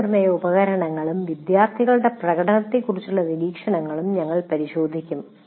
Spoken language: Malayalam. മൂല്യനിർണ്ണയ ഉപകരണങ്ങളെയും വിദ്യാർത്ഥികളുടെ പ്രകടനത്തെയും കുറിച്ചുള്ള നിരീക്ഷണങ്ങളും ഞങ്ങൾ പരിശോധിക്കും